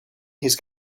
his